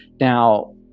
Now